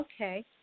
Okay